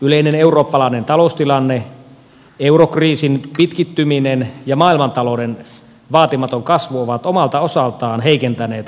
yleinen eurooppalainen taloustilanne eurokriisin pitkittyminen ja maailmantalouden vaatimaton kasvu ovat omalta osaltaan heikentäneet kansantaloutemme tilaa